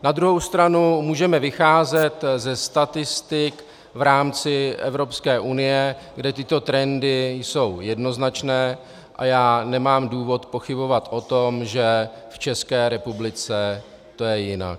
Na druhou stranu můžeme vycházet ze statistik v rámci Evropské unie, kde jsou tyto trendy jednoznačné, a já nemám důvod pochybovat o tom, že v České republice je to jinak.